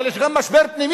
אבל יש גם משבר פנימי,